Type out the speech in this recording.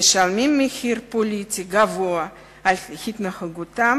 משלמים מחיר פוליטי גבוה על התנהגותם